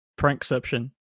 Prankception